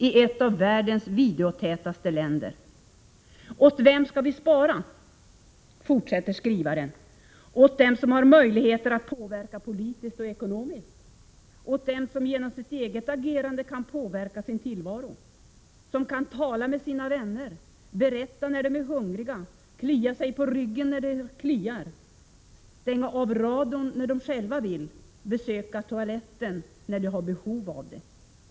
I ett av världens videotätaste länder.” ”Åt vem skall vi spara?” , fortsätter skrivaren. ”Åt dem som har möjligheter att påverka politiskt och ekonomiskt? Åt dem som genom sitt eget agerande kan påverka sin tillvaro? Som kan tala med sina vänner, berätta när de är hungriga, klia sig på ryggen när det kliar, stänga av radion när de själva vill, besöka toaletten när de har behov av det?